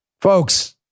Folks